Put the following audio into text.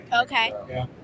Okay